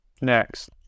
next